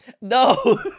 No